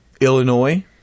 Illinois